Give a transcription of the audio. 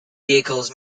vehicles